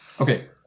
Okay